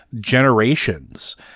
generations